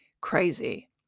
crazy